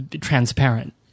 transparent